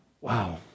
Wow